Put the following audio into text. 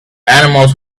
animals